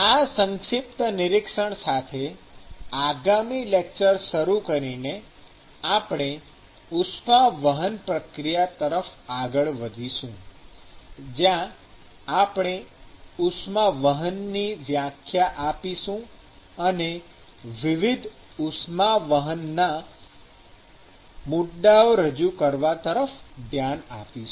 આ સંક્ષિપ્ત નિરીક્ષણ સાથે આગામી લેકચર શરૂ કરીને આપણે ઉષ્માવહન પ્રક્રિયા તરફ આગળ વધીશું જ્યાં આપણે ઉષ્માવહનની વ્યાખ્યા આપીશું અને વિવિધ ઉષ્માવહન ના મુદ્દાઓ રજૂ કરવા તરફ ધ્યાન આપીશું